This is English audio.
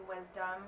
wisdom